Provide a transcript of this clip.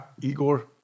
Igor